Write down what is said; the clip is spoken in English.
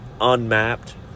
unmapped